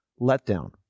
letdown